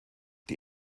die